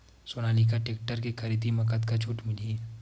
Sonalika tractor के खरीदी मा कतका छूट मीलही?